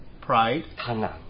pride